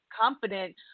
confident